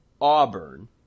Auburn